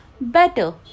better